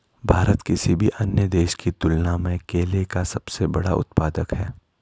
भारत किसी भी अन्य देश की तुलना में केले का सबसे बड़ा उत्पादक है